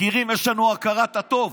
יש לנו הכרת הטוב.